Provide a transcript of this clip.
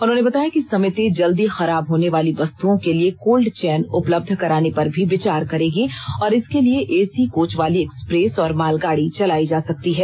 उन्होंने बताया कि समिति जल्दी खराब होने वाली वस्तुओं के लिए कोल्ड चैन उपलब्ध कराने पर भी विचार करेगी और इसके लिए एसी कोच वाली एक्सप्रेस और मालगाडी चलाई जा संकती है